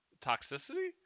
toxicity